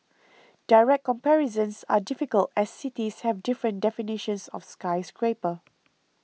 direct comparisons are difficult as cities have different definitions of skyscraper